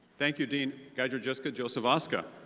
thank you, dean gajdardziska josifovska.